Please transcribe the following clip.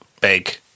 big